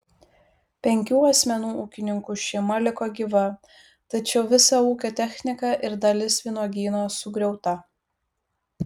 penkių asmenų ūkininkų šeima liko gyva tačiau visa ūkio technika ir dalis vynuogyno sugriauta